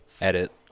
edit